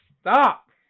stop